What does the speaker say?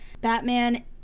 Batman